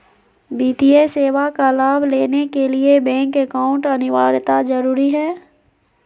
वित्तीय सेवा का लाभ लेने के लिए बैंक अकाउंट अनिवार्यता जरूरी है?